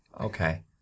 Okay